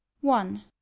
one